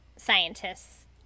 scientists